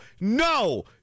No